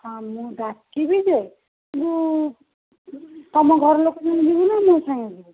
ହଁ ମୁଁ ଡାକିବି ଯେ କିନ୍ତୁ ତୁମ ଘର ଲୋକଙ୍କ ସାଙ୍ଗେ ଯିବୁ ନା ମୋ ସାଙ୍ଗେ ଯିବୁ